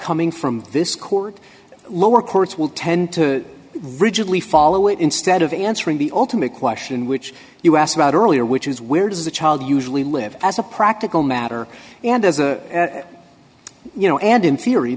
coming from this court lower courts will tend to rigidly follow it instead of answering the ultimate question which you asked about earlier which is where does a child usually live as a practical matter and as you know and in theory